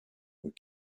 were